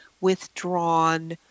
withdrawn